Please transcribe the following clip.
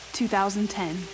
2010